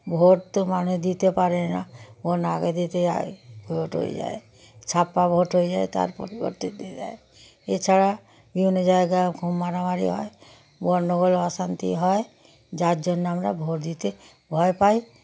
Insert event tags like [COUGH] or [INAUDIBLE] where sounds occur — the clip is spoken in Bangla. ভোট তো মানুষ দিতে পারে না [UNINTELLIGIBLE] আগে দিতে যায় ভোট হয়ে যায় ছাপ্পা ভোট হয়ে যায় তার পরিবর্তে দিয়ে দেয় এছাড়া বিভিন্ন জায়গা খুব মারামারি হয় গণ্ডগোল অশান্তি হয় যার জন্য আমরা ভোট দিতে ভয় পাই